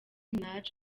minaj